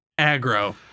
Aggro